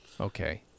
okay